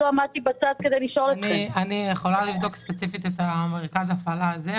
אני יכולה לבדוק ספציפית את מרכז ההפעלה הזה,